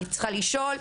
מה אני צריכה לשאול.